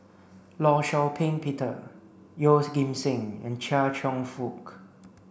Law Shau Ping Peter Yeoh's Ghim Seng and Chia Cheong Fook